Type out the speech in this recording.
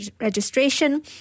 registration